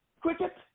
cricket